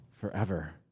forever